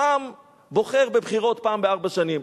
העם בוחר בבחירות פעם בארבע שנים.